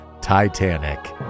Titanic